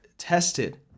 Tested